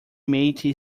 matey